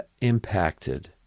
impacted